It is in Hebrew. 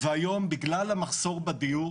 והיום, בגלל המחסור בדיור